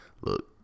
look